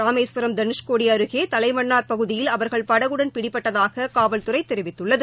ராமேஸ்வரம் தனுஷ்கோடி அருகே தலைமன்னார் பகுதியில் அவர்கள் படகுடன் பிடிபட்டதாக காவல்துறை தெரிவித்துள்ளது